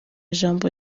ijambo